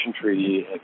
treaty